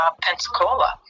pensacola